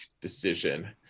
decision